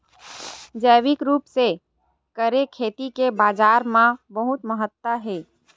जैविक रूप से करे खेती के बाजार मा बहुत महत्ता हे